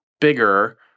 bigger